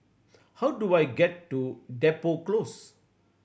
how do I get to Depot Close